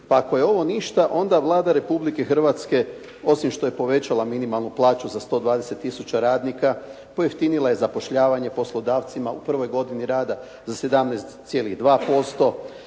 Pa ako je ovo ništa, onda Vlada Republike Hrvatske osim što je povećala minimalnu plaću za 120 tisuća radnika, pojeftinila je zapošljavanje poslodavcima u prvoj godini rada za 17,2%.